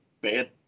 bad